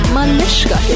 Manishka